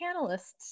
panelists